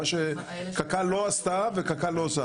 מה שקק"ל לא עשתה ולא עושה.